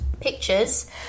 pictures